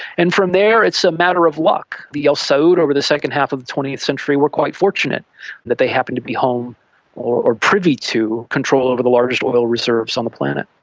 and from there it's a matter of luck. the al saud over the second half of the twentieth century were quite fortunate that they happened to be home or or privy to control over the largest oil reserves on the planet.